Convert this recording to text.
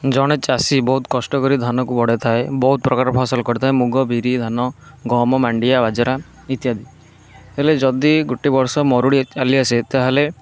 ଜଣେ ଚାଷୀ ବହୁତ କଷ୍ଟ କରି ଧନକୁ ବଢ଼ାଇଥାଏ ବହୁତ ପ୍ରକାର ଫସଲ କରିଥାଏ ମୁଗ ବିରି ଧାନ ଗହମ ମାଣ୍ଡିଆ ବାଜରା ଇତ୍ୟାଦି ହେଲେ ଯଦି ଗୋଟେ ବର୍ଷ ମରୁଡ଼ି ଚାଲିଆସେ ତାହେଲେ